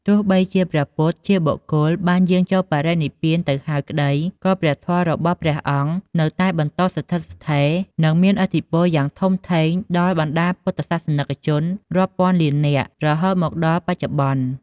ទោះបីជាព្រះពុទ្ធជាបុគ្គលបានយាងចូលបរិនិព្វានទៅហើយក្តី ក៏ព្រះធម៌របស់ព្រះអង្គនៅតែបន្តស្ថិតស្ថេរ និងមានឥទ្ធិពលយ៉ាងធំធេងដល់បណ្ដាពុទ្ធសាសនិកជនរាប់ពាន់លាននាក់រហូតមកដល់បច្ចុប្បន្ន។